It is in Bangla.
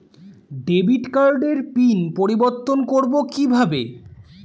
ডেবিট কার্ডের পিন পরিবর্তন করবো কীভাবে?